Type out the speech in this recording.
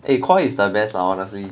eh koi is the best lah honestly